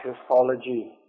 histology